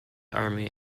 army